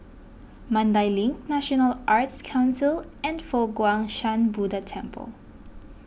Mandai Link National Arts Council and Fo Guang Shan Buddha Temple